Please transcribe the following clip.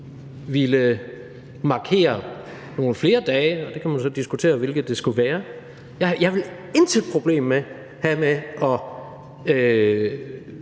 ville markere nogle flere dage – og så kan man jo diskutere, hvilke det skulle være. Jeg ville intet problem have med at